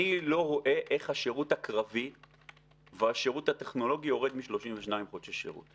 אני לא רואה איך השירות הקרבי והשירות הטכנולוגי יורד מ-32 חודשי שירות.